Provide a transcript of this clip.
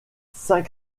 saint